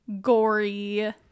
gory